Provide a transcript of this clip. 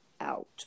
out